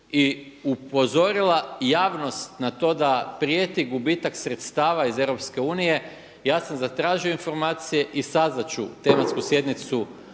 i upozorila javnost na to da prijeti gubitak sredstava iz EU. Ja sam zatražio informacije i sazvati ću tematsku sjednicu